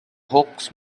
hawks